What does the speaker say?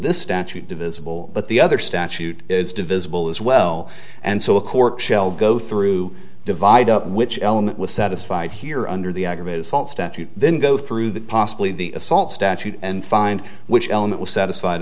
this statute divisible but the other statute is divisible as well and so a court shell go through divide up which element was satisfied here under the aggravated assault statute then go through that possibly the assault statute and find which element was satisfied